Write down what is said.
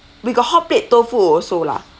we got hotplate tofu also lah